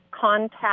contact